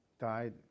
died